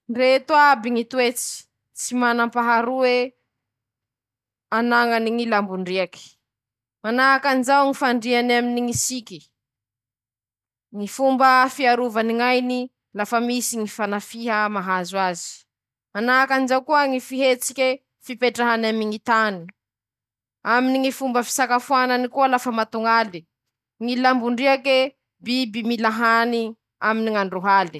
<...>Ñy biby mi-isa folo araky ñy habevatany: -ñy vitiky; ñy atirapa; ñy piso; ñ'alika; ñ'aosy; ñy lion; ñy gebra, ñy bibilavatenda; ñ'aomby; ñy trozo<...>.